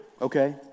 okay